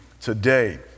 today